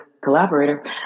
collaborator